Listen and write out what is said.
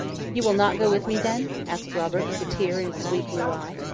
you will not go with me, then? asked robert, with a tear in his sweet blue eye.